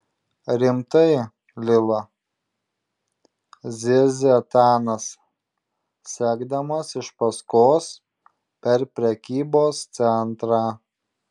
rimtai lila zirzia etanas sekdamas iš paskos per prekybos centrą